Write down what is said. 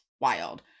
wild